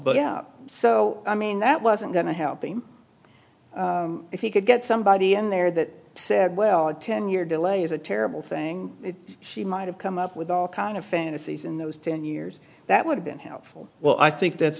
but yeah so i mean that wasn't going to help him if he could get somebody in there that said well a ten year delay is a terrible thing she might have come up with all kind of fantasies in those ten years that would have been helpful well i think that's